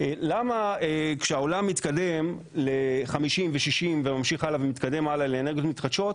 למה כשהעולם מתקדם ל-50 ו-60 וממשיך הלאה ומתקדם הלאה לאנרגיות מתחדשות,